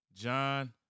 John